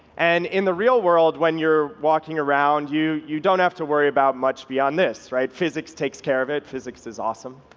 and in the real world when you're walking around, you you don't have to worry about much beyond this, right? physics takes care of it. physics is awesome.